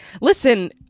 Listen